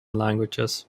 languages